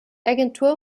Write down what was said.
agentur